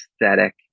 aesthetic